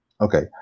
okay